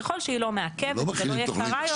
ככל שהיא לא מעכבת ולא יקרה יותר.